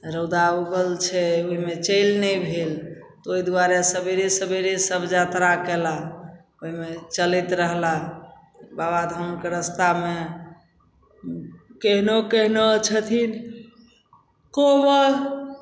रौदा उगल छै ओहिमे चलि नहि भेल तऽ ओहि दुआरे सबेरे सबेरे सब यात्रा कएलाह ओहिमे चलैत रहलाह बाबाधामके रस्तामे केहनो केहनो छथिन कोमल